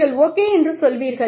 நீங்கள் ஓகே என்று சொல்வீர்கள்